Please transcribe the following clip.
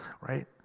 right